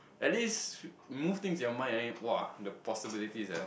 at least move things with your mind !wah! the possibilities ah